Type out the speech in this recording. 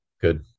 Good